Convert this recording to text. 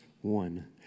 one